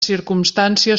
circumstància